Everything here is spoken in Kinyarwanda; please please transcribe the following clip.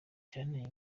cyanteye